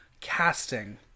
casting